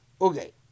Okay